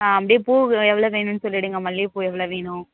ஆ அப்படியே பூ எவ்வளோ வேணும்னு சொல்லிடுங்க மல்லிகை பூ எவ்வளோ வேணும்